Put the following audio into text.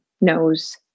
knows